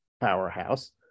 powerhouse